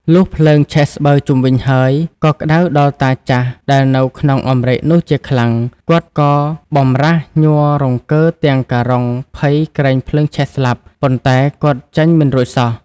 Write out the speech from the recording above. លុះភ្លើងឆេះស្បូវជុំវិញហើយ ក៏ក្តៅដល់តាចាស់ដែលនៅក្នុងអំរែកនោះជាខ្លាំង គាត់ក៏បម្រាសញ័ររង្គើរទាំងការុងភ័យក្រែងភ្លើងឆេះស្លាប់ ប៉ុន្តែគាត់ចេញមិនរួចសោះ។